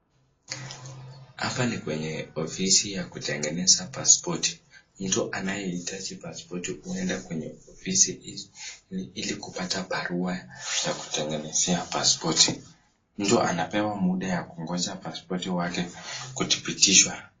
Hapa ni kwenye ofisi ya kutengeneza passport . Mtu anayehitaji passport huenda kwenye ofisi hizo ili kupata barua ya kutengenezea passport . Mtu anapewa muda ya kungoja passport wake kudhibitishwa.